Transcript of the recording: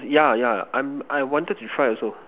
yeah yeah I I wanted to try also